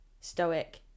stoic